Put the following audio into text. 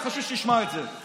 חשוב שתשמע את זה.